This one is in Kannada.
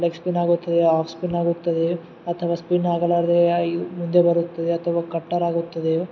ಲೆಗ್ ಸ್ಪಿನ್ ಆಗುತ್ತದೆ ಆಫ್ ಸ್ಪಿನ್ ಆಗುತ್ತದೆ ಅಥವಾ ಸ್ಪಿನ್ ಆಗಲಾರದೇ ಈ ಮುಂದೆ ಬರುತ್ತದೆ ಅಥವಾ ಕಟ್ಟಾರ್ ಆಗುತ್ತದೆಯೋ